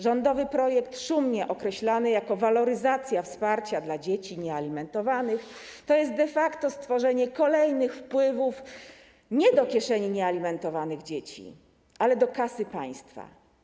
Rządowy projekt szumnie określany jako waloryzacja wsparcia dla dzieci niealimentowanych to de facto stworzenie kolejnych wpływów nie do kieszeni niealimentowanych dzieci, ale do kasy państwa.